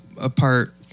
apart